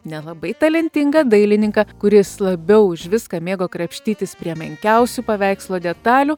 nelabai talentingą dailininką kuris labiau už viską mėgo krapštytis prie menkiausių paveikslo detalių